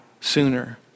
sooner